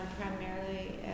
primarily